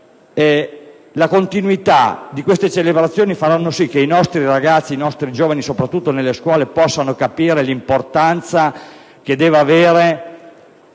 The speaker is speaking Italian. la continuità di queste celebrazioni farà sì che i nostri giovani, soprattutto nelle scuole, possano capire l'importanza che deve avere